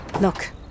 Look